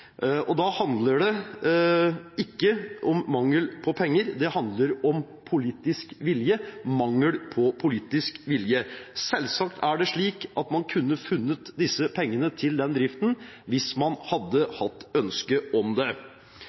språk. Da handler det ikke om mangel på penger – det handler om mangel på politisk vilje. Selvsagt er det slik at man kunne ha funnet disse pengene til driften hvis man hadde hatt ønske om det.